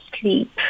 sleep